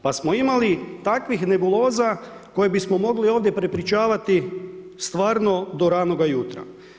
Pa smo imali takvih nebuloza koje bismo mogli ovdje prepričavati, stvarno do ranoga jutra.